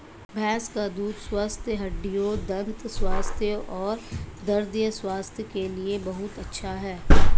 भैंस का दूध स्वस्थ हड्डियों, दंत स्वास्थ्य और हृदय स्वास्थ्य के लिए बहुत अच्छा है